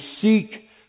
seek